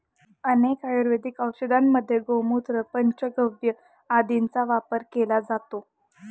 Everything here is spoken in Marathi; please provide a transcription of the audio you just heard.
अनेक आयुर्वेदिक औषधांमध्ये गोमूत्र, पंचगव्य आदींचा वापर केला जातो